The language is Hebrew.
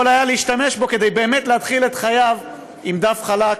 היה להשתמש בו כדי באמת להתחיל את חייו עם דף חלק,